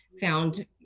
found